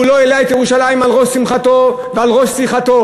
לא העלה את ירושלים על ראש שמחתו ועל ראש שיחתו.